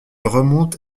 remonte